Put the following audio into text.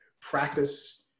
practice